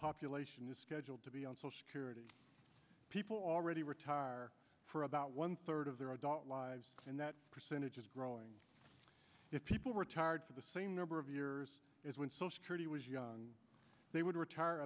population is scheduled to be on social security people already retired for about one third of their adult lives and that percentage is growing if people retired for the same number of years as when he was young they would retire